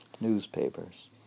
newspapers